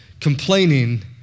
complaining